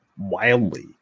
wildly